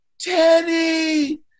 teddy